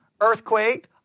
earthquake